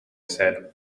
said